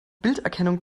bilderkennung